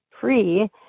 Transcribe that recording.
free